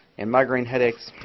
in migraine headaches,